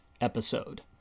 episode